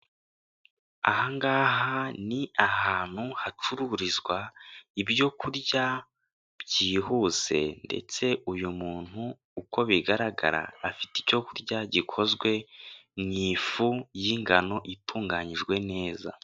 Ahangaha ni ahantu hacururizwa ibyo kurya byihuse, ndetse uyu muntu uko bigaragara, afite icyo kurya gikozwe mu ifu y'ingano itunganyijwe neza.